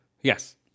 Yes